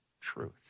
truth